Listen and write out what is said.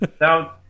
Now